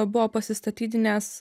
buvo pasistatydinęs